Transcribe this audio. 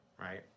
right